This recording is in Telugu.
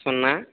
సున్నా